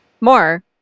More